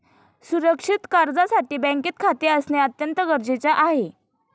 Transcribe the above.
सुरक्षित कर्जासाठी बँकेत खाते असणे अत्यंत गरजेचे आहे